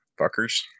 Fuckers